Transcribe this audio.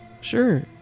Sure